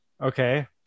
Okay